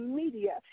media